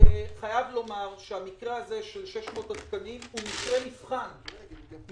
חייב לומר שהמקרה הזה של 600 התקנים הוא מקרה מבחן מכיוון